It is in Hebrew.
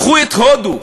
קחו את הודו,